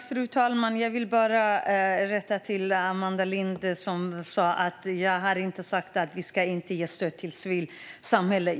Fru talman! Jag vill bara rätta Amanda Lind. Jag har inte sagt att vi inte ska ge stöd till civilsamhället.